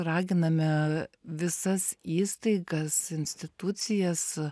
raginame visas įstaigas institucijas